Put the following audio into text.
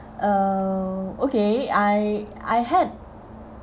uh okay I I had